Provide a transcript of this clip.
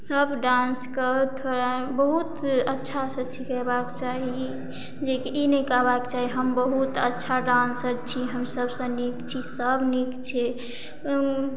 सब डान्सके थोड़ा बहुत अच्छा से सिखेबाक चाही जेकि ई नहि कहबाक चाही हम बहुत अच्छा डांसर छी हमसब सऽ नीक छी सब नीक छै